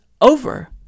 over